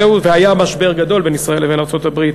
זה היה משבר גדול בין ישראל לבין ארצות-הברית